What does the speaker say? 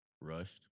Rushed